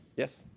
yes.